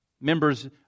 Members